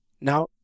Now